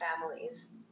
families